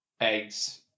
eggs